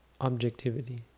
objectivity